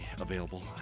available